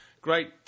Great